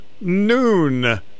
noon